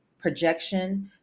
projection